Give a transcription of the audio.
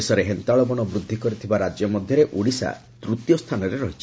ଦେଶରେ ହେନ୍ତାଳବଣ ବୃଦ୍ଧି କରିଥିବା ରାଜ୍ୟ ମଧ୍ୟରେ ଓଡ଼ିଶା ତୂତୀୟ ସ୍ଚାନରେ ରହିଛି